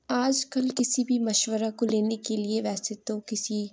آج کل کسی بھی مشورہ کو لینے کے لیے ویسے تو کسی